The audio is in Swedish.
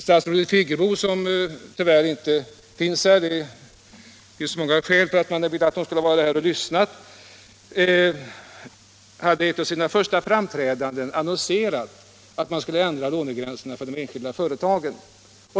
Statsrådet Friggebo, som tyvärr inte är i kammaren — det finns många skäl till att man vill att hon skulle ha varit här och lyssnat — annonserade i ett av sina första framträdanden att lånegränserna för de enskilda företagen skulle ändras.